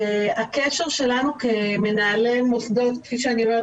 הקשר שלנו כמנהלי מוסדות חינוך